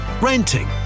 renting